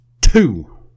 two